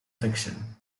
fiction